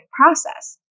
process